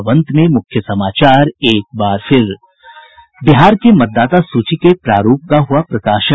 और अब अंत में मुख्य समाचार बिहार के मतदाता सूची के प्रारूप का हुआ प्रकाशन